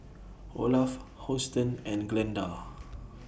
Olaf Houston and Glenda